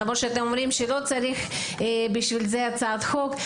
למרות שאתם אומרים שלא צריך בשביל זה הצעת חוק,